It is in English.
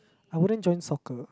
I wouldn't join soccer